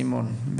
סימון,